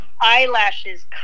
Eyelashes